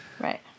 Right